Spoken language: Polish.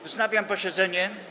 Wznawiam posiedzenie.